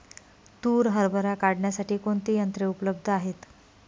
तूर हरभरा काढण्यासाठी कोणती यंत्रे उपलब्ध आहेत?